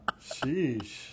Sheesh